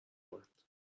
اومد